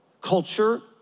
Culture